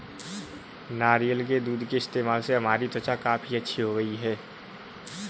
नारियल के दूध के इस्तेमाल से हमारी त्वचा काफी अच्छी हो गई है